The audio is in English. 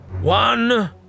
one